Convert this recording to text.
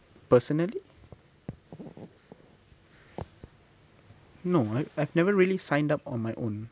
personally no I I've never really signed up on my own